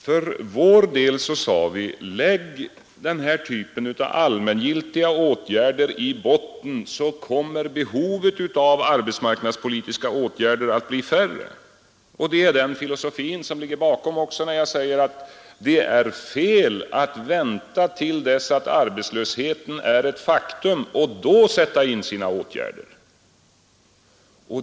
För vår del sade vi: Lägg vår typ av allmängiltiga åtgärder i botten, så kommer behovet av arbetsmarknadspolitiska åtgärder att bli mindre. Det är den filosofin som ligger bakom också när jag säger att det är fel att vänta till dess att arbetslösheten är ett faktum och då sätta in sina åtgärder.